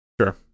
sure